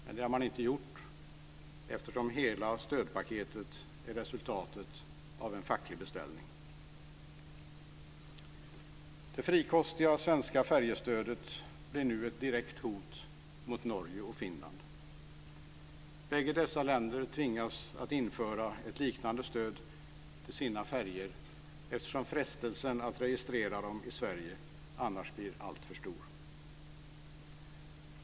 Men det har man inte gjort, eftersom hela stödpaketet är resultatet av en facklig beställning. Det frikostiga svenska färjestödet blir nu ett direkt hot mot Norge och Finland. Bägge dessa länder tvingas införa ett liknande stöd till sina färjor, eftersom frestelsen att registrera dem i Sverige annars blir alltför stor.